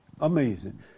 Amazing